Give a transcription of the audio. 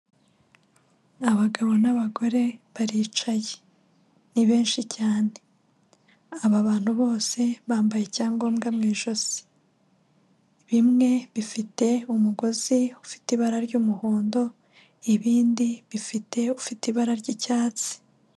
Abagabo n'abagore baricaye ni benshi cyane, aba bantu bose bambaye icyangombwa mu ijosi, bimwe bifite umugozi ufite ibara ry'umuhondo ibindi bifite ufite ibara ry'icyatsi.